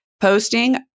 posting